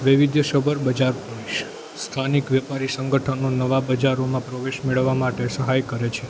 વૈવિધ્યસભર બજાર ભવિષ્ય સ્થાનિક વેપારી સંગઠનો નવા બજારોમાં પ્રવેશ મેળવવા માટે સહાય કરે છે